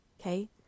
Okay